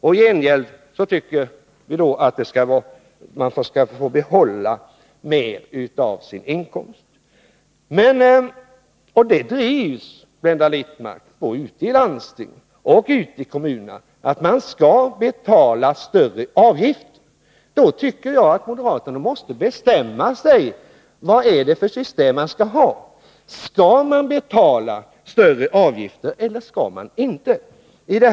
I gengäld vill ni att de ska få behålla mer av sin inkomst. Kravet på att man skall betala högre avgifter drivs både i landsting och kommuner, Blenda Littmarck. Men jag tycker då att moderaterna måste bestämma sig för vilket system de vill ha. Skall folk betala högre avgifter eller skall de inte göra det?